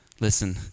Listen